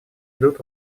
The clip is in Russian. идут